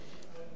תודה רבה.